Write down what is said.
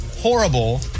horrible